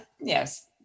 yes